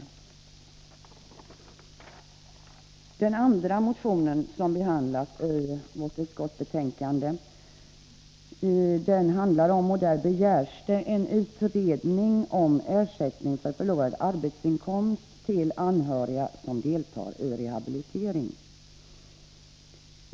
I den andra motionen, 1982/83:382, som behandlas i utskottsbetänkandet, begär man en utredning om ersättning för förlorad arbetsinkomst till anhörig som deltar i rehabiliteringen av en handikappad person.